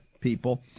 people